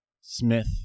Smith